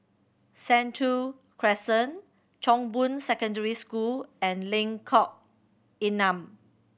Sentul Crescent Chong Boon Secondary School and Lengkok Enam